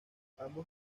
ambos